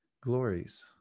glories